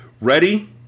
Ready